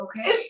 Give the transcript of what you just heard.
okay